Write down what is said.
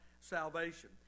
salvation